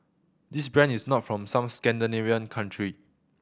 this brand is not from some Scandinavian country